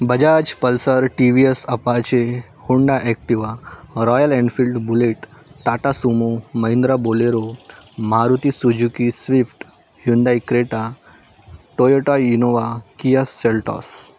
Bajaj Pulsar T V S Apache Honda Activa Royal Enfield Bullet Tata Sumo Mahindra Bolero Maruti Suzuki Swift Hyundai Creta Toyota Innova Kia Seltos